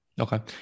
Okay